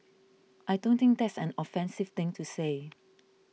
I don't think that's an offensive thing to say